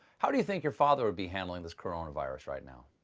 how do you think your father would be handling this coronavirus right now?